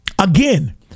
Again